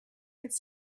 could